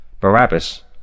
Barabbas